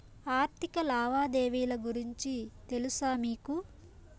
ఆర్థిక లావాదేవీల గురించి తెలుసా మీకు